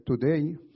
today